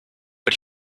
but